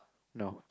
no